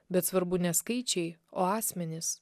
bet svarbu ne skaičiai o asmenys